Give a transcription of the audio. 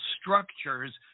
structures